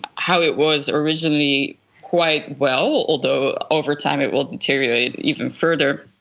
how it was originally quite well, although over time it will deteriorate even further.